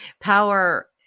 power